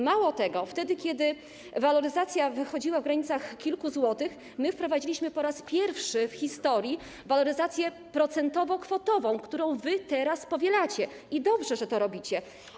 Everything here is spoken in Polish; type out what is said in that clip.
Mało tego, kiedy waloryzacja wychodziła w granicach kilku złotych, wprowadziliśmy po raz pierwszy w historii waloryzację procentowo-kwotową, którą wy teraz powielacie, i dobrze, że to robicie.